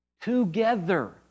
together